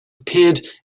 appeared